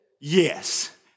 yes